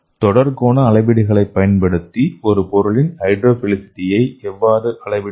தொடர்பு கோண அளவீடுகளைப் பயன்படுத்தி ஒரு பொருளின் ஹைட்ரோஃபிலிசிட்டியை எவ்வாறு அளவிடுவது